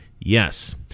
Yes